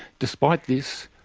despite this,